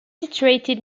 situated